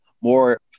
more